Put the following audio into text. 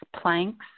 planks